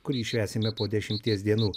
kurį švęsime po dešimties dienų